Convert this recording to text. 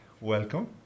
Welcome